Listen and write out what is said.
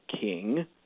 king